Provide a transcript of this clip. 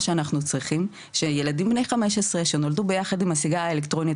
מה שאנחנו צריכים שילדים בני 15 שנולדו ביחד עם הסיגריה האלקטרונית,